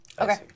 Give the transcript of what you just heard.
Okay